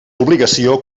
obligació